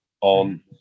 on